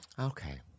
Okay